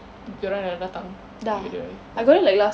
dorang dah datang on the way oh